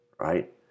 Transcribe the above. right